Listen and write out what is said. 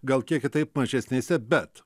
gal kiek kitaip mažesnėse bet